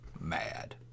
mad